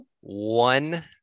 one